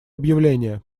объявление